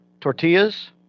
tortillas